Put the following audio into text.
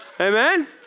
Amen